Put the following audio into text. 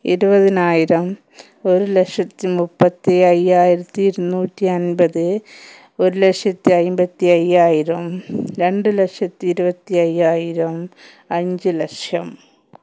ഇരുപതിനായിരം ഒരു ലക്ഷത്തി മുപ്പത്തി അയ്യായിരത്തി ഇരുനൂറ്റി അന്പത് ഒരു ലക്ഷത്തി അമ്പത്തി അയ്യായിരം രണ്ട് ലക്ഷത്തി ഇരുപത്തി അയ്യായിരം അഞ്ചുലക്ഷം